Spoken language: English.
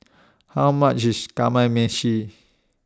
How much IS Kamameshi